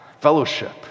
fellowship